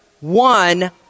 one